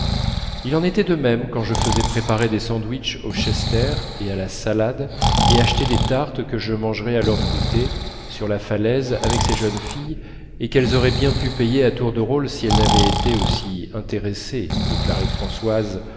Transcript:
il en était de même quand je faisais préparer des sandwiches au chester et à la salade et acheter des tartes que je mangerais à l'heure du goûter sur la falaise avec ces jeunes filles et qu'elles auraient bien pu payer à tour de rôle si elles n'avaient été aussi intéressées déclarait françoise